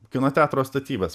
kino teatro statybas